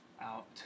out